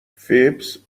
فیبز